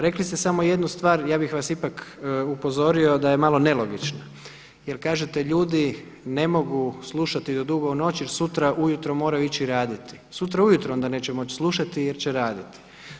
Rekli ste samo jednu stvar, ja bih vas ipak upozorio da je malo nelogična, jer kažete ljudi ne mogu slušati do dugo u noći jer sutra ujutro moraju ići raditi, sutra ujutro onda neće moći slušati jer će raditi.